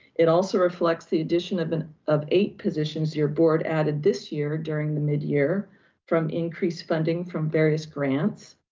it also reflects the addition of and of eight positions your board added this year during the mid-year from increased funding from various grants.